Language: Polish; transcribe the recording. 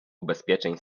ubezpieczeń